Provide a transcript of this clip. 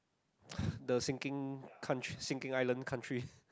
the sinking country sinking island country